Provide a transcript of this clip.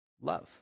love